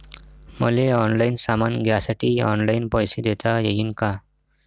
मले ऑनलाईन सामान घ्यासाठी ऑनलाईन पैसे देता येईन का?